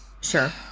sure